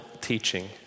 teaching